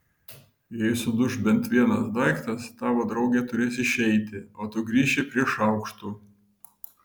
jei suduš bent vienas daiktas tavo draugė turės išeiti o tu grįši prie šaukštų